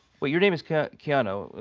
well, your name is keanu,